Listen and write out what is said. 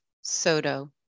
Soto